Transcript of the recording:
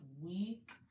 week